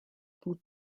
tant